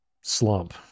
slump